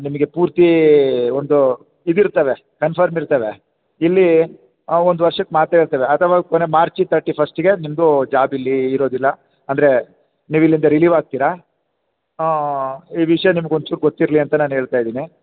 ನಿಮಗೆ ಪೂರ್ತಿ ಒಂದು ಇದು ಇರ್ತವೆ ಕನ್ಫರ್ಮ್ ಇರ್ತವೆ ಇಲ್ಲಿ ಆ ಒಂದು ವರ್ಷಕ್ಕೆ ಮಾತ್ರ ಇರ್ತವೆ ಅಥವಾ ಕೊನೆ ಮಾರ್ಚಿ ತರ್ಟಿ ಫಸ್ಟಿಗೆ ನಿಮ್ಮದು ಜಾಬ್ ಇಲ್ಲಿ ಇರೋದಿಲ್ಲ ಅಂದರೆ ನೀವು ಇಲ್ಲಿಂದ ರಿಲೀವ್ ಆಗ್ತೀರ ಈ ವಿಷಯ ನಿಮ್ಗೆ ಒಂಚೂರು ಗೊತ್ತಿರಲಿ ಅಂತ ನಾನು ಹೇಳ್ತಾ ಇದ್ದೀನಿ